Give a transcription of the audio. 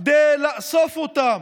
כדי לאסוף אותם?